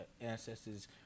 ancestors